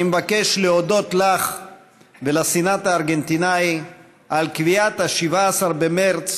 אני מבקש להודות לך ולסנאט הארגנטינאי על קביעת ה-17 במרס